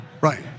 Right